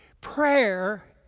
Prayer